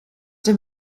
dem